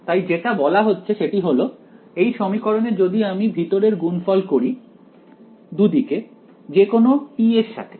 তাই যেটা বলা হচ্ছে সেটা হল এই সমীকরণে যদি আমি ভিতরের গুণফল করি দুদিকে যে কোনো t এর সাথে